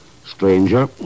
Stranger